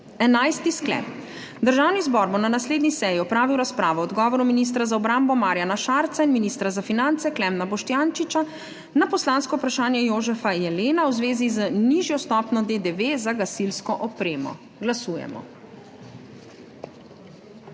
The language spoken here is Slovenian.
11. sklep: Državni zbor bo na naslednji seji opravil razpravo o odgovoru ministra za obrambo Marjana Šarca in ministra za finance Klemna Boštjančiča na poslansko vprašanje Jožefa Jelena v zvezi z nižjo stopnjo DDV za gasilsko opremo. Glasujemo.